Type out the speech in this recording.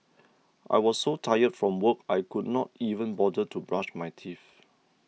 I was so tired from work I could not even bother to brush my teeth